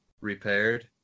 repaired